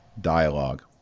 Dialogue